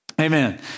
Amen